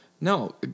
no